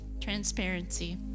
Transparency